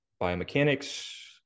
biomechanics